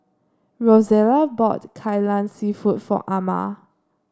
Rosella bought Kai Lan seafood for Ama